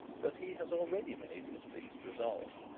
but he has already made his fixed resolve.